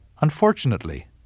Unfortunately